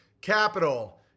capital